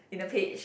in a page